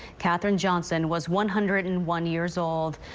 katherine johnson was one hundred and one years old.